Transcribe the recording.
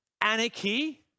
anarchy